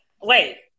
wait